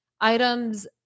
items